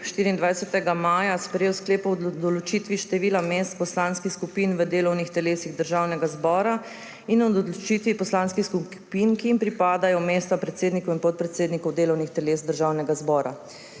24. maja sprejel sklep o določitvi števila mest poslanskih skupin v delovnih telesih Državnega zbora in o odločitvi poslanskih skupin, ki jim pripadajo mesta predsednikov in podpredsednikov delovnih teles Državnega zbora.